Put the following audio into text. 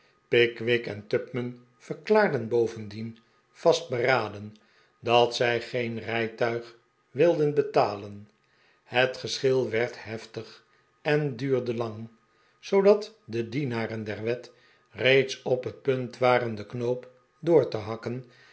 pickwick en tupman verklaarden bovendien vastberaden dat zij geen rijtuig wilden betalen het geschil werd heftig en duurde lang zoodat de dienaren der wet reeds op het punt waren den knoop door te hakken